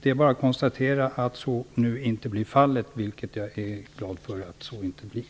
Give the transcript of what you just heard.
Det är bara att konstatera att så nu inte är fallet, och det är jag mycket glad för.